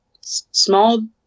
small